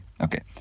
Okay